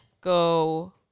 go